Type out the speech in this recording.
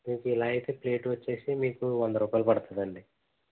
మీకు ఇలా అయితే ప్లేట్ వచ్చేసి మీకు వంద రూపాయలు పడుతుందండి